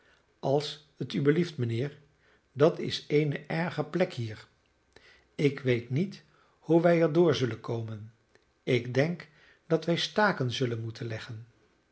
als het u belieft mijnheer dat is eene erge plek hier ik weet niet hoe wij er door zullen komen ik denk dat wij staken zullen moeten leggen